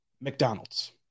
McDonald's